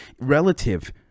relative